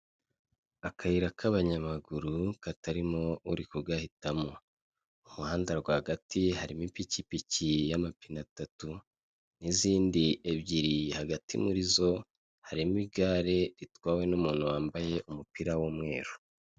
Akayira ka banyamaguru katarimo uri kugahitamo. Mu muhanda rwagati harimo ipikipiki y'amapine atatu n'izindi ebyiri hagati muri zo harimo igare ritwawe n'umuntu wambaye umupira w'umweru.